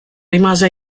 rimase